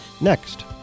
next